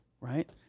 right